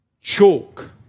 Chalk